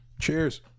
Cheers